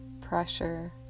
pressure